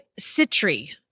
Citry